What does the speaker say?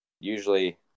usually